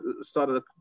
started